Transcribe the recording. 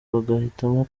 bagahitamo